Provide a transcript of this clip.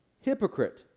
Hypocrite